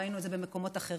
ראינו את זה במקומות אחרים,